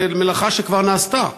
ומלאכה שכבר נעשתה.